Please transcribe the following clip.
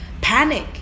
panic